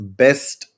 best